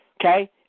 Okay